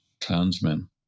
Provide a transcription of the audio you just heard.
clansmen